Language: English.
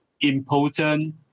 important